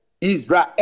Israel